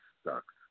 sucks